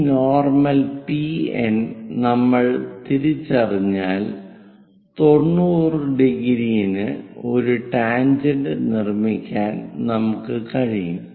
ഈ normal PN നമ്മൾ തിരിച്ചറിഞ്ഞാൽ 90⁰ ന് ഒരു ടാൻജെൻറ് നിർമ്മിക്കാൻ നമുക്ക് കഴിയും